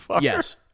Yes